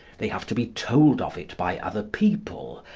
they have to be told of it by other people,